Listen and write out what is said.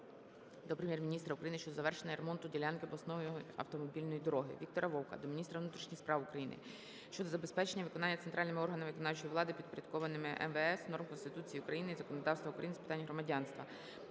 до Прем'єр-міністра України щодо завершення ремонту ділянки обласної автомобільної дороги. Віктора Вовка до міністра внутрішніх справ України щодо забезпечення виконання центральними органами виконавчої влади, підпорядкованими МВС, норм Конституції України і законодавства України з питань громадянства.